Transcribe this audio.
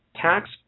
tax